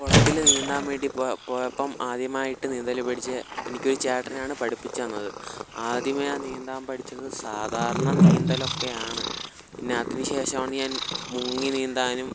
കുളത്തില് നീന്താൻ വേണ്ടി പോയപ്പോള് ആദ്യമായിട്ട് നീന്തല് പഠിച്ചത് എനിക്കൊരു ചേട്ടനാണ് പഠിപ്പിച്ചുതന്നത് ആദ്യമേ നീന്താൻ പഠിച്ചത് സാധാരണ നീന്തലൊക്കെയാണ് പിന്നതിന് ശേഷമാണ് ഞാൻ മുങ്ങി നീന്താനും